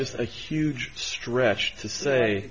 just a huge stretch to say